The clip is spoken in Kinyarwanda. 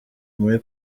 muri